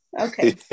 okay